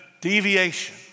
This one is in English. deviation